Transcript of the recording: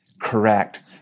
Correct